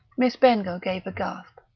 miss bengough gave a gasp.